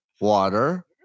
water